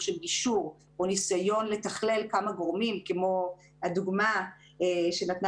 של גישור או ניסיון לתכלל כמה גורמים כמו הדוגמה שנתנה